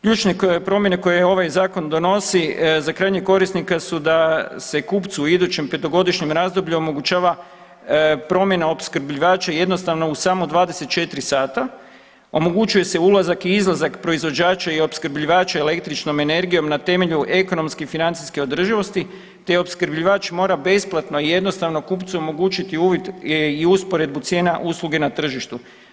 Ključne promjene koje ovaj zakon donosi za krajnje korisnike su da se kupcu u idućem petogodišnjem razdoblju omogućava promjena opskrbljivača jednostavno u samo 24 sata, omogućuje se ulazak i izlazak proizvođača i opskrbljivača električnom energijom na temelju ekonomske financijske održivosti te opskrbljivač mora besplatno jednostavno kupcu omogućiti uvid i usporedbu cijena usluge na tržištu.